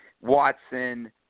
Watson